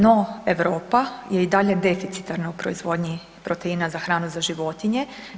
No, Europa je i dalje deficitarna u proizvodnji proteina za hranu za životinje.